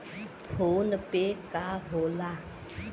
PhonePe का होला?